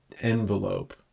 envelope